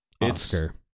oscar